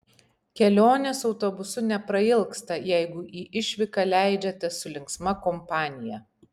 kelionės autobusu neprailgsta jeigu į išvyką leidžiatės su linksma kompanija